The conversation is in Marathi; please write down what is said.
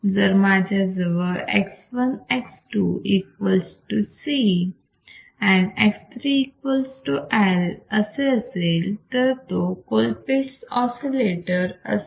जर माझ्याजवळ X1 X2 equal to C and X3 equal L असे असेल तर तो कोलपिट्स ऑसिलेटर असेल